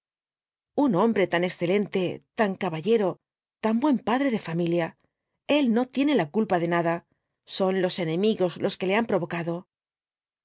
un hombre tan excelente tan caballero tan buen padre de familia el no tiene la culpa de nada son los enemigos los que le han provocado